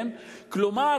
כלומר,